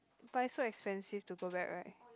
but it's so expensive to go back right